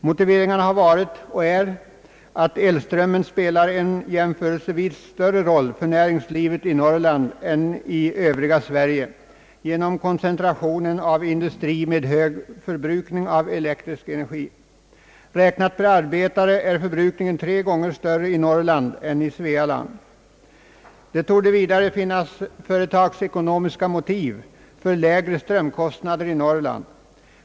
Motiveringarna har varit och är att elströmmen spelar en jämförelsevis större roll för näringslivet i Norr land än i övriga Sverige genom koncentrationen av industri med hög förbrukning av elektrisk energi. Räknat per arbetare är förbrukningen tre gånger större i Norrland än i Svealand. Det torde vidare finnas rent företagsekonomiska motiv för lägre strömkostnader i Norrland.